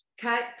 cut